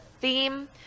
theme